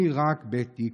אני רק בטיקטוק.